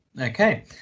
Okay